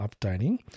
updating